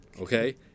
okay